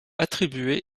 attribué